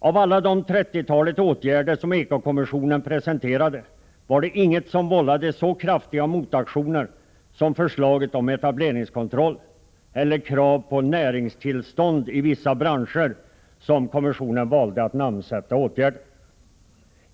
Av alla de ca 30 åtgärder som eko-kommissionen presenterade var det ingen som vållade så kraftiga motaktioner som förslaget om etableringskontroll, eller krav på näringstillstånd i vissa branscher, som kommissionen valde att namnsätta åtgärden.